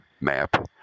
map